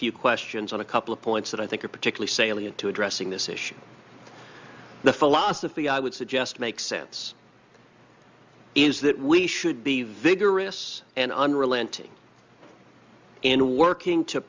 few questions on a couple of points that i think are particularly salient to addressing this issue the philosophy i would suggest make sense is that we should be vigorous and unrelenting in working to